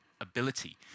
ability